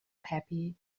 happy